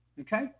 okay